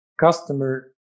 customer